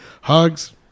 hugs